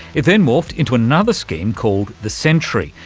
it then morphed into another scheme called the sentry,